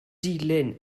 dilyn